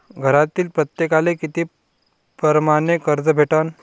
घरातील प्रत्येकाले किती परमाने कर्ज भेटन?